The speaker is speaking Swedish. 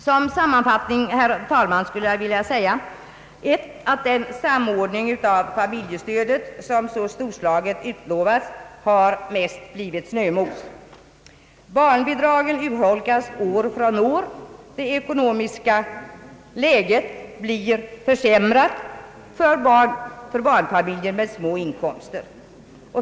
Som sammanfattning, herr talman, skulle jag vilja säga för det första att den samordning av familjestödet som så storslaget har utlovats mest har blivit snömos, för det andra att barnbidraget urholkas år från år; det ekonomiska läget blir försämrat för barnfamiljer med små inkomster.